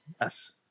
Yes